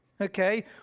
okay